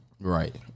Right